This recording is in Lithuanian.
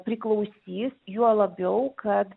priklausys juo labiau kad